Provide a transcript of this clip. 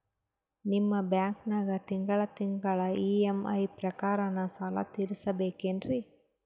ನಿಮ್ಮ ಬ್ಯಾಂಕನಾಗ ತಿಂಗಳ ತಿಂಗಳ ಇ.ಎಂ.ಐ ಪ್ರಕಾರನ ಸಾಲ ತೀರಿಸಬೇಕೆನ್ರೀ?